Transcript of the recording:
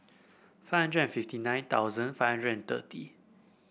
five hundred and fifty nine thousand five hundred and thirty